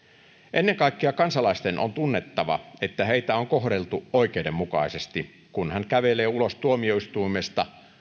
ennen kaikkea kansalaisten on tunnettava että heitä on kohdeltu oikeudenmukaisesti kun he kävelevät ulos tuomioistuimesta